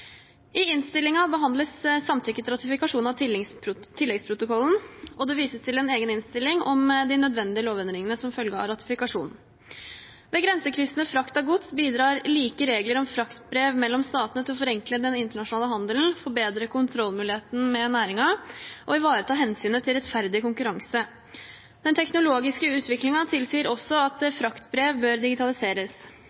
I innstillingen behandles samtykke til ratifikasjon av tilleggsprotokollen, og det vises til en egen innstilling om de nødvendige lovendringene som følger av ratifikasjonen. Ved grensekryssende frakt av gods bidrar like regler om fraktbrev mellom statene til å forenkle den internasjonale handelen, forbedre kontrollmuligheten med næringen og ivareta hensynet til rettferdig konkurranse. Den teknologiske utviklingen tilsier også at